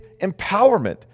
empowerment